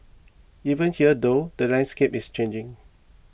even here though the landscape is changing